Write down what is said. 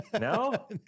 no